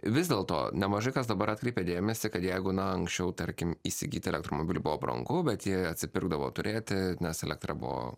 vis dėlto nemažai kas dabar atkreipia dėmesį kad jeigu na anksčiau tarkim įsigyti elektromobilį buvo brangu bet jį atsipirkdavo turėti nes elektra buvo